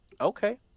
Okay